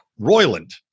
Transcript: Royland